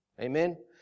Amen